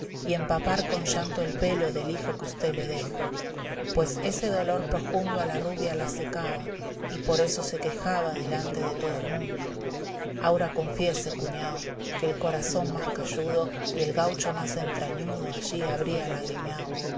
y empapar con llanto el pelo del hijo que usté le deja pues ese dolor projundo a la rubia la secaba y por eso se quejaba delante de todo el mundo aura confiese cuñao que el corazón más calludo y el gaucho más entrañudo allí habría lagrimiao sabe